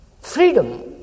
freedom